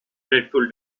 dreadful